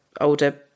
older